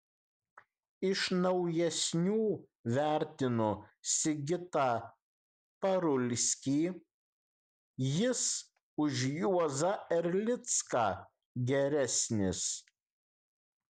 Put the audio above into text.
iš naujesnių vertinu sigitą parulskį jis už juozą erlicką geresnis